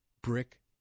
brick